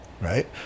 right